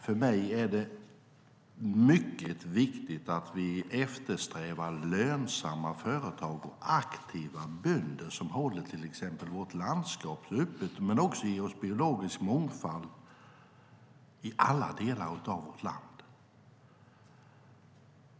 För mig är det mycket viktigt att vi eftersträvar lönsamma företag och aktiva bönder som inte bara håller vårt landskap öppet utan också ger oss biologisk mångfald i alla delar av vårt land.